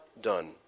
done